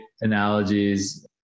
analogies